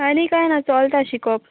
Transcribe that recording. आनी कांय ना चोलता शिकोप